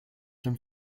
dem